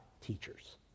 teachers